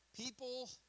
people